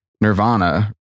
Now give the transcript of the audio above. Nirvana